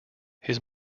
his